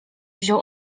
wziął